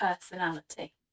personality